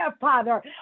Father